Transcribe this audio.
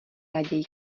raději